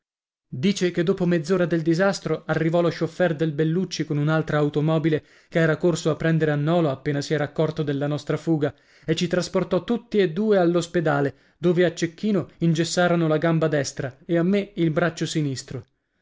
dice che dopo mezz'ora del disastro arrivò lo scioffèr del bellucci con un'altra automobile che era corso a prendere a nolo appena si era accorto della nostra fuga e ci trasportò tutti e due all'ospedale dove a cecchino ingessarono la gamba destra e a me il braccio sinistro